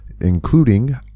including